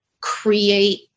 create